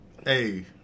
Hey